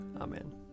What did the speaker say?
Amen